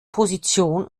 position